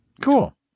Cool